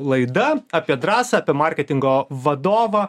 laida apie drąsą apie marketingo vadovą